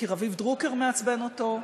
כי רביב דרוקר מעצבן אותו,